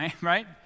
right